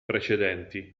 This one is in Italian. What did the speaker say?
precedenti